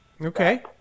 Okay